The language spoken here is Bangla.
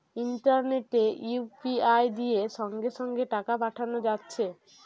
ইন্টারনেটে ইউ.পি.আই দিয়ে সঙ্গে সঙ্গে টাকা পাঠানা যাচ্ছে